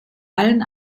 allen